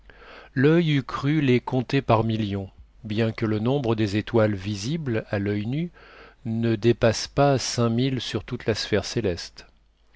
eût cru les compter par millions bien que le nombre des étoiles visibles à l'oeil nu ne dépasse pas cinq mille sur toute la sphère céleste